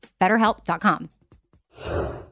BetterHelp.com